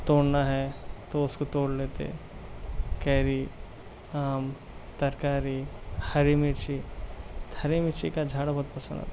توڑنا ہے تو اس کو توڑ لیتے کیری آم ترکاری ہری مرچی ہری مرچی کا جھاڑ بہت پسند آتا